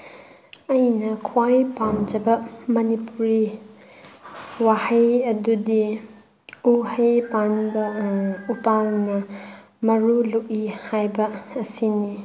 ꯑꯩꯅ ꯈ꯭ꯋꯥꯏ ꯄꯥꯝꯖꯕ ꯃꯅꯤꯄꯨꯔꯤ ꯋꯥꯍꯩ ꯑꯗꯨꯗꯤ ꯎꯍꯩ ꯄꯥꯟꯕ ꯎꯄꯥꯜꯅ ꯃꯔꯨ ꯂꯨꯛꯏ ꯍꯥꯏꯕ ꯑꯁꯤꯅꯤ